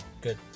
good